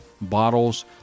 bottles